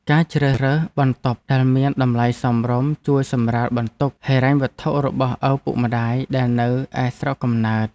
ការជ្រើសរើសបន្ទប់ដែលមានតម្លៃសមរម្យជួយសម្រាលបន្ទុកហិរញ្ញវត្ថុរបស់ឪពុកម្តាយដែលនៅឯស្រុកកំណើត។